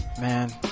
man